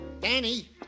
Danny